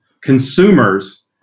consumers